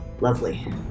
Lovely